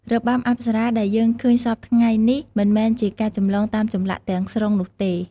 របាំអប្សរាដែលយើងឃើញសព្វថ្ងៃនេះ មិនមែនជាការចម្លងតាមចម្លាក់ទាំងស្រុងនោះទេ។